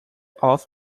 off